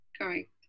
Correct